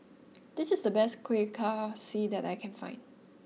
this is the best Kuih Kaswi that I can find